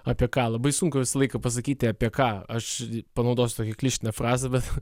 apie ką labai sunku visą laiką pasakyti apie ką aš panaudosiu tokią klišinę frazę bet